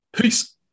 Peace